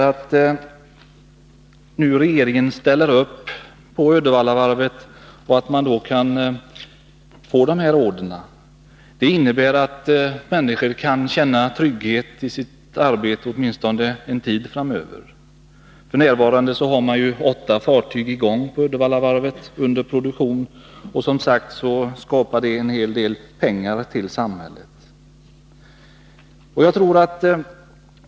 Att regeringen nu ställer sig bakom Uddevallavarvet så att varvet därigenom kan få dessa order innebär att människor kan känna trygghet i sitt arbete åtminstone en tid framöver. F.n. har man åtta fartyg under produktion på Uddevallavarvet, och detta skapar en hel del pengar till samhället, som sagt.